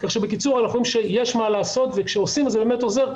כך שאנחנו אומרים שיש מה לעשות וכשעושים זה באמת עוזר,